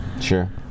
sure